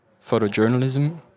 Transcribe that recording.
photojournalism